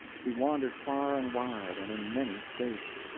he wandered far and wide and in many states.